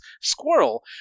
squirrel